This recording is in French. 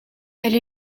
elle